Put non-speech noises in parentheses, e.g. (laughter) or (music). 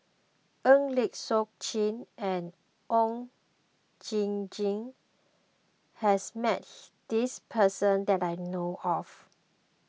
Eng Lee Seok Chee and Oon Jin Gee has met (noise) this person that I know of